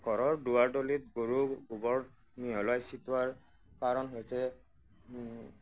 ঘৰৰ দুৱাৰ দলিত গৰুৰ গোবৰ মিহলাই চিতৱাৰ কাৰণ হৈছে